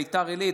בית"ר עילית.